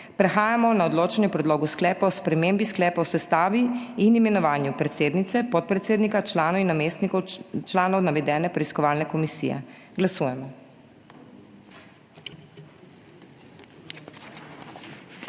Prehajamo na odločanje o Predlogu sklepa o spremembi Sklepa o sestavi in imenovanju predsednice, podpredsednika, članov in namestnikov članov navedene preiskovalne komisije. Glasujemo.